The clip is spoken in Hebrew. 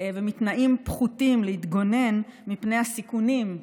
ומתנאים פחותים להתגונן מפני הסיכונים,